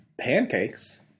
Pancakes